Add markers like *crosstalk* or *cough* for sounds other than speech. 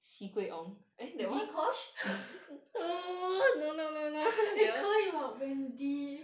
dee kosh *laughs* eh 可以 [what] wendy